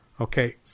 Okay